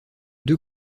deux